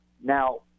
Now